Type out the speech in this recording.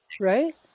right